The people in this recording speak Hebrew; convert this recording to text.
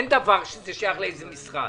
אין דבר ששייך לאיזה משרד